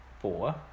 Four